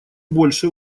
больше